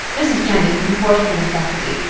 mrs. jennings enforced the necessity.